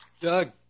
doug